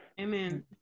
Amen